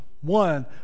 One